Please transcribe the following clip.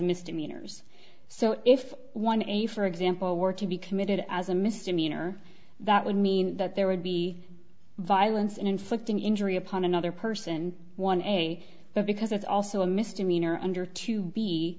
misdemeanors so if one a for example were to be committed as a misdemeanor that would mean that there would be violence in inflicting injury upon another person one a but because it's also a misdemeanor under to be